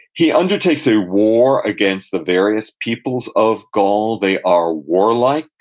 he undertakes a war against the various peoples of gaul. they are warlike,